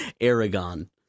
Aragon